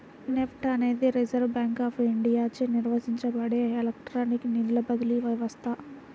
NEFT అనేది reserve bank of ఇండియాచే నిర్వహించబడే ఎలక్ట్రానిక్ నిధుల బదిలీ వ్యవస్థ